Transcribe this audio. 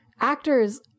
Actors